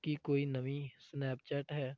ਕੀ ਕੋਈ ਨਵੀਂ ਸਨੈਪਚੈਟ ਹੈ